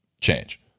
change